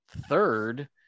third